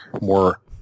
more